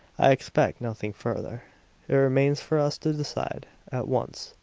i expect nothing further. it remains for us to decide, at once,